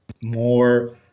more